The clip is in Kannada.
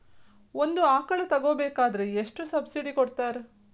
ಒಂದು ಆಕಳ ತಗೋಬೇಕಾದ್ರೆ ಎಷ್ಟು ಸಬ್ಸಿಡಿ ಕೊಡ್ತಾರ್?